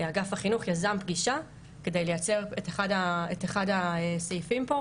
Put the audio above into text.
אגף החינוך יזם פגישה כדי לייצר את אחד הסעיפים פה,